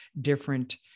different